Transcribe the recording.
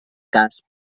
cas